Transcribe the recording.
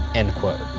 end quote,